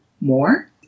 more